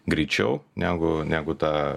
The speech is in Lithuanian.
greičiau negu negu ta